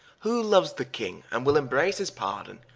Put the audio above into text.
who loues the king, and will imbrace his pardon,